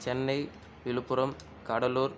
Chennai Villupuram Cuddalore